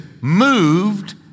moved